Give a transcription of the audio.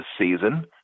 season